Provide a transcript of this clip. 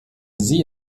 sie